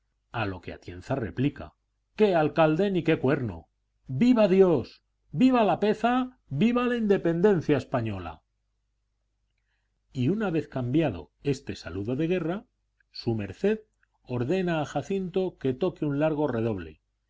a lo que atienza replica qué alcalde ni qué cuerno viva dios viva lapeza viva la independencia española y una vez cambiado este saludo de guerra su merced ordena a jacinto que toque un largo redoble